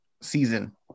season